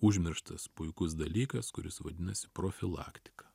užmirštas puikus dalykas kuris vadinasi profilaktika